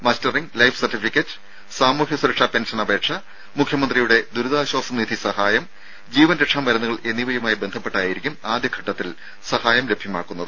mustering life certificate സാമൂഹ്യ സുരക്ഷാ pension അപേക്ഷ മുഖ്യമന്ത്രിയുടെ ദുരിതാശ്വാസ നിധി സഹായം ജീവൻരക്ഷാ മരുന്നുകൾ എന്നിവയുമായി ബന്ധപ്പെട്ടായിരിക്കും ആദ്യഘട്ടത്തിൽ സഹായം ലഭ്യമാക്കുന്നത്